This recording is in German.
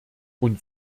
und